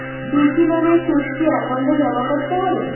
কৃষি লোনের সুদ কি একাউন্টে জমা করতে হবে?